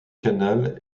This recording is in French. canal